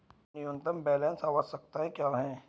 न्यूनतम बैलेंस आवश्यकताएं क्या हैं?